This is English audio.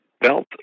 belt